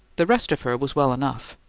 the rest of her was well enough.